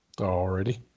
Already